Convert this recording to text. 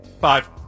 Five